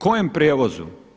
Kojem prijevozu?